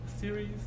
series